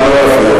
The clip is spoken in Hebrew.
נא לא להפריע.